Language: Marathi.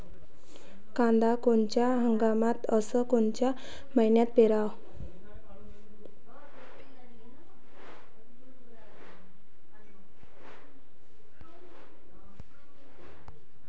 कांद्या कोनच्या हंगामात अस कोनच्या मईन्यात पेरावं?